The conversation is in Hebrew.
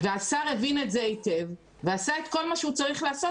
והשר הבין את זה היטב ועשה את כל מה שהוא צריך לעשות